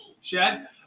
Shed